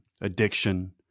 addiction